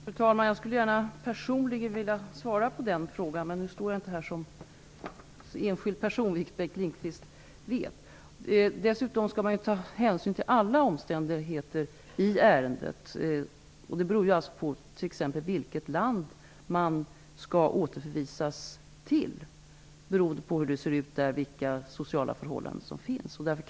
Fru talman! Jag skulle gärna personligen vilja svara på den frågan. Men jag står inte här i egenskap av enskild person, vilket Bengt Lindqvist vet. Dessutom skall det tas hänsyn till alla omständigheter i ärendet. Det beror t.ex. på vilket land som personen skall återförvisas till, vilka sociala förhållanden som råder där osv.